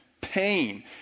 pain